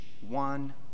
one